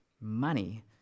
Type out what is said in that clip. money